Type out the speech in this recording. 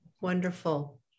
wonderful